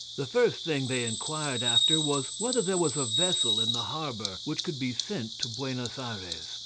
the first thing they inquired after was whether there was a vessel in the harbour which could be sent to buenos ayres.